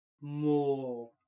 more